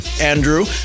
Andrew